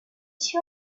she